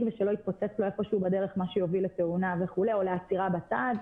כדי שלא יתפוצץ לו איפה שהוא בדרך מה שיוביל לתאונה או לעצירה בצד,